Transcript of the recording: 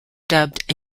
dubbed